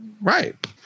Right